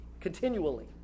continually